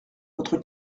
votre